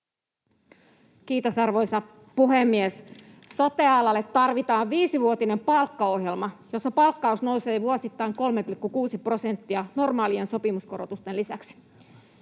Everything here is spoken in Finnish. Kiitos, arvoisa puhemies! Sote-alalle tarvitaan viisivuotinen palkkaohjelma, jossa palkkaus nousee vuosittain 3,6 prosenttia normaalien sopimuskorotusten lisäksi.